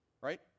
right